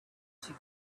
too